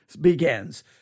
begins